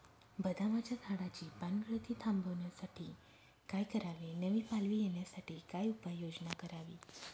बदामाच्या झाडाची पानगळती थांबवण्यासाठी काय करावे? नवी पालवी येण्यासाठी काय उपाययोजना करावी?